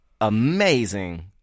amazing